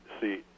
see